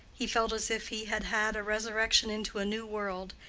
he felt as if he had had a resurrection into a new world,